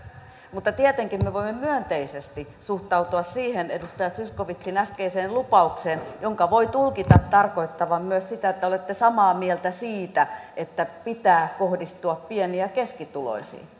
mutta tietenkin me voimme myönteisesti suhtautua siihen edustaja zyskowiczin äskeiseen lupaukseen jonka voi tulkita tarkoittavan myös sitä että olette samaa mieltä siitä että pitää kohdistua pieni ja keskituloisiin